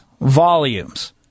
volumes